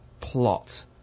plot